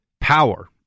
power